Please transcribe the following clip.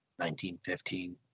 1915